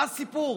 מה הסיפור?